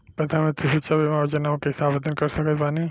प्रधानमंत्री सुरक्षा बीमा योजना मे कैसे आवेदन कर सकत बानी?